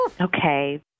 Okay